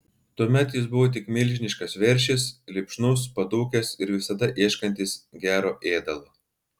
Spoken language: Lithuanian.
tuomet jis buvo tik milžiniškas veršis lipšnus padūkęs ir visada ieškantis gero ėdalo